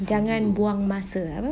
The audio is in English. jangan buang masa apa